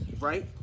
Right